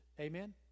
Amen